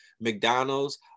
McDonald's